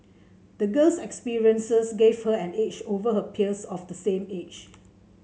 the girl's experiences gave her an edge over her peers of the same age